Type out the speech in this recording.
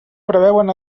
preveuen